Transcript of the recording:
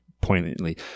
poignantly